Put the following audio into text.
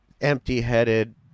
empty-headed